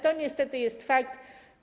To niestety jest fakt.